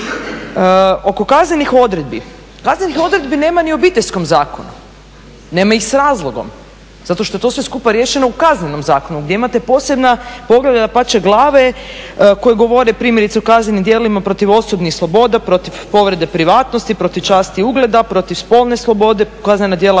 Oko kaznenih odredbi, kaznenih odredbi nema ni u Obiteljskom zakonu nema ih s razlogom zato što je to sve skupa riješeno u Kaznenom zakonu gdje imate posebna poglavlja pače glave koje govore primjerice o kaznenim djelima protiv osobnih sloboda protiv povrede privatnosti, protiv časti i ugleda, protiv spolne slobode, kaznena djela